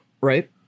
Right